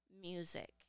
music